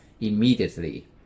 immediately